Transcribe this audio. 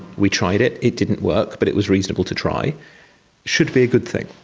we tried it, it didn't work but it was reasonable to try' should be a good thing.